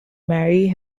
marry